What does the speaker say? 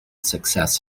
success